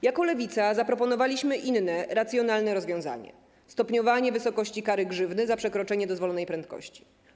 Jako Lewica zaproponowaliśmy inne, racjonalne rozwiązanie, stopniowanie wysokości kary grzywny za przekroczenie dozwolonej prędkości.